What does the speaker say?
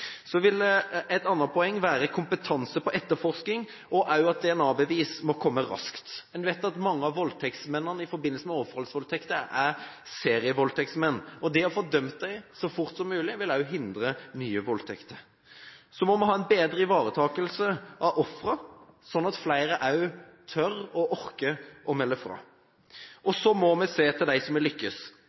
Så vil et annet poeng være kompetanse på etterforskning og også at DNA-bevis må komme raskt. En vet at mange av mennene i forbindelse med overfallsvoldtekter er serievoldtektsmenn. Det å få dømt dem så fort som mulig vil også hindre nye voldtekter. Så må vi ha en bedre ivaretakelse av ofrene, slik at flere tør og orker å melde fra. Og så må vi se til dem som har lyktes, om det er